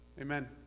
Amen